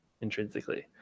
intrinsically